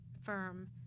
firm